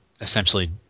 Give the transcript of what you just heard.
essentially